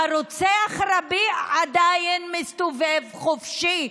והרוצח רביע עדיין מסתובב חופשי,